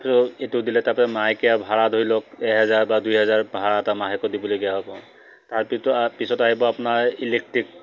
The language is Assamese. এইটো দিলে তাৰ পৰা মায়েকীয়া ভাড়া ধৰি লওক এহেজাৰ বা দুই হেজাৰ ভাড়া এটা মাহেকত দিবলগীয়া হ'ব তাৰপিছত পিছত আহিব আপোনাৰ ইলেক্ট্ৰিক